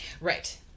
Right